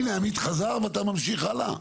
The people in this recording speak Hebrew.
הנה עמית חזר ואתה ממשיך הלאה?